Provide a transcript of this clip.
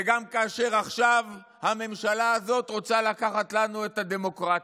וגם כאשר עכשיו הממשלה הזאת רוצה לקחת לנו את הדמוקרטיה.